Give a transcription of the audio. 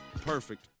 perfect